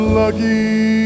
lucky